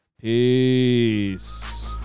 Peace